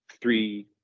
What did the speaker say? three